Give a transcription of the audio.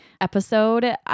episode